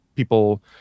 People